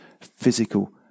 physical